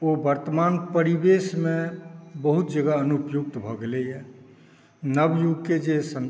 ओ वर्तमान परिवेशमे बहुत जगह अनुपयुक्त भऽ गेलै यऽ नवयुगके जे